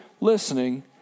listening